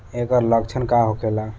ऐकर लक्षण का होखेला?